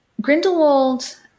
Grindelwald